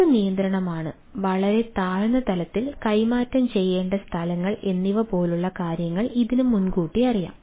ഏത് നിയന്ത്രണമാണ് വളരെ താഴ്ന്ന തലത്തിൽ കൈമാറ്റം ചെയ്യേണ്ട സ്ഥലങ്ങൾ എന്നിവ പോലുള്ള കാര്യങ്ങൾ ഇതിന് മുൻകൂട്ടി അറിയാം